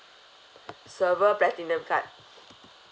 server platinum card